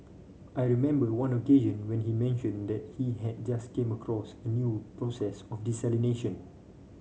I remember one occasion when he mentioned that he had just came across a new process of desalination